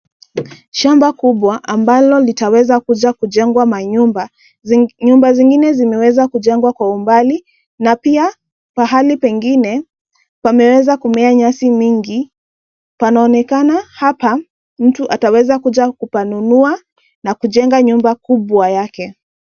Shamba kubwa ambalo litaweza kuja kujengwa manyumba. Nyumba zingine zimeweza kujengwa kwa umbali na pia pahali pengine pameweza kumea nyasi nyingi panaonekana hapa mtu ataweza kuja kupanunua na kujenga nyumba kubwa yake.